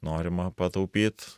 norima pataupyt